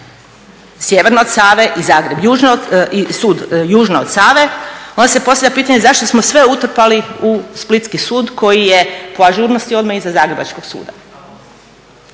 sjeverno od Save i sud južno od Save onda se postavlja pitanje zašto smo sve utrpali u splitski sud koji je po ažurnosti odmah iza zagrebačkog suda?